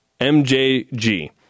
MJG